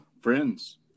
friends